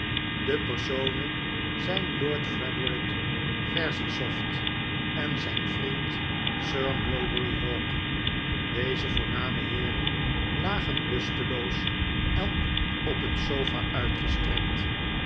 de personen zijn lord frederik verisopht en zijn vriend sir mulberry hawk deze voorname heeren lagen lusteloos elk op een sofa uitgestrekt